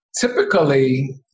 typically